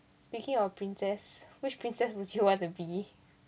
speaking of princess which princess would you want to be